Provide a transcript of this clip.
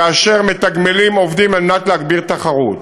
כאשר מתגמלים עובדים על מנת להגביר תחרות.